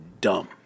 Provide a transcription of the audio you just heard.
dumb